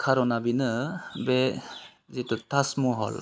खार'ना बेनो बे जिथु ताजमह'ल